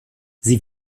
sie